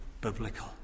biblical